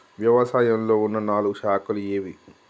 వ్యవసాయంలో ఉన్న నాలుగు శాఖలు ఏవి?